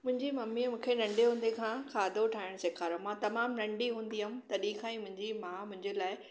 मुंहिंजी ममी मूंखे नंढे हूंदे खां खाधो ठाहिणु सेखारियो मां तमामु नंढी हूंदी हुयमि तॾहिं खां ई मुंहिंजी माउ मुंहिंजे लाइ